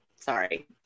sorry